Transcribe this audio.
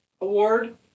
award